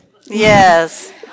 yes